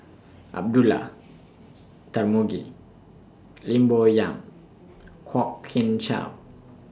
Abdullah Tarmugi Lim Bo Yam Kwok Kian Chow